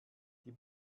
die